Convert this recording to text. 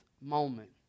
moment